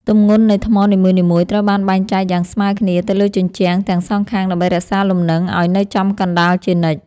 ទម្ងន់នៃថ្មនីមួយៗត្រូវបានបែងចែកយ៉ាងស្មើគ្នាទៅលើជញ្ជាំងទាំងសងខាងដើម្បីរក្សាលំនឹងឱ្យនៅចំកណ្តាលជានិច្ច។